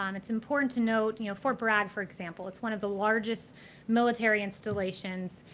um it's important to note, you know, fort bragg, for example, it's one of the largest military installations,